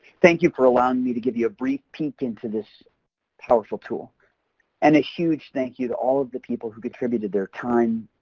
thank you for allowing me to give you a brief peek into this powerful tool and a huge thank you to all of the people who contributed their time,